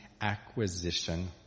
acquisition